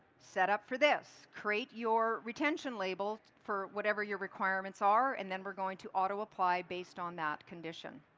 set up for this, create your retention label for whatever your requirements are and then we're going to auto apply based on that condition.